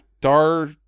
Dar